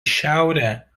šiaurę